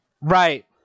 Right